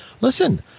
listen